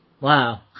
Wow